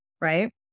Right